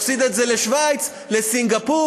נפסיד את זה לשווייץ, לסינגפור.